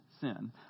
sin